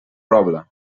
problem